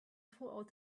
throughout